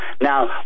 Now